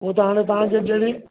हो त हाणे तव्हांखे जहिड़ी